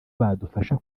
badufasha